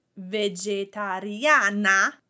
vegetariana